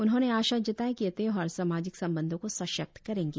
उन्होंने आशा जताई कि यह त्योहार सामाजिक संबंधों को सशक्त करेंगे